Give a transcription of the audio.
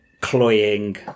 cloying